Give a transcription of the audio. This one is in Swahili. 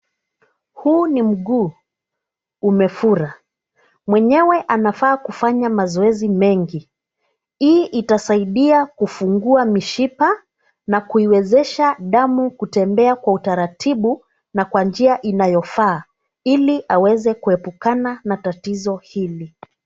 Huu ni mguu umefura. Mwenyewe anafaa kufanya mazoezi mengi. Hii itasaidia kufungua mishipa na kuiwezesha damu kutembea kwa utaratibu na kwa njia inayofaa ili kuweza kuepukana na tatizo hili.